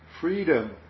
Freedom